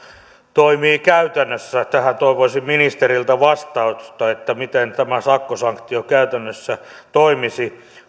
toimii käytännössä tähän toivoisin ministeriltä vastausta miten tämä sakkosanktio käytännössä toimisi